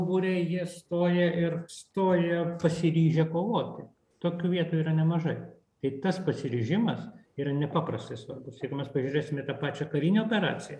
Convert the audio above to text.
būriai jie stoja ir stojo pasiryžę kovoti tokių vietų yra nemažai tai tas pasiryžimas yra nepaprastai svarbus jeigu mes pažiūrėsim į tą pačią karinę operaciją